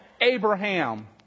Abraham